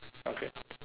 okay